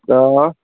آ